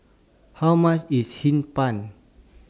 How much IS Hee Pan